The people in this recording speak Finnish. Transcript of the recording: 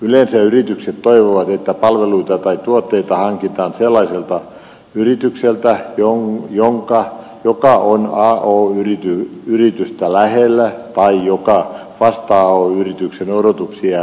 yleensä yritykset toivovat että palveluita tai tuotteita hankitaan sellaiselta yritykseltä joka on asianomaista yritystä lähellä tai joka vastaa asianomaisen yrityksen odotuksia ja tarpeita